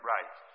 Right